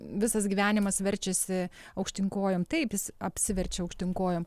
visas gyvenimas verčiasi aukštyn kojom taip jis apsiverčia aukštyn kojom